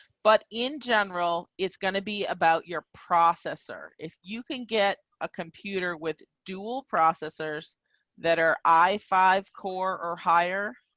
but in general, it's going to be about your processor. if you can get a computer with dual processors that are i five core or higher.